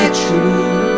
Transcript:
true